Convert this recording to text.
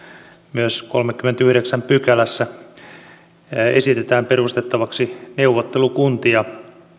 myös kolmannessakymmenennessäyhdeksännessä pykälässä esitetään perustettavaksi neuvottelukuntia